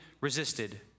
resisted